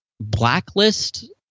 blacklist